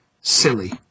silly